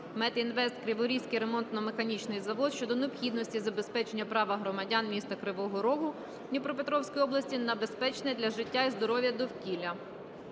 "Метінвест - Криворізький ремонтно-механічний завод" щодо необхідності забезпечення права громадян міста Кривого Рогу Дніпропетровської області на безпечне для життя і здоров'я довкілля.